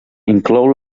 inclou